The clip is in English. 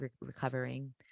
recovering